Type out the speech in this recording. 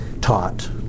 taught